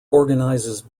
organizes